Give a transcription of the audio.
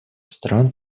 стран